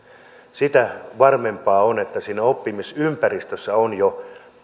sitä varmempaa on että siinä oppimisympäristössä on jo